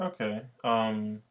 Okay